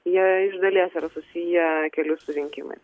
jie iš dalies yra susiję keli surinkimai